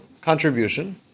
contribution